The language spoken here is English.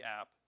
app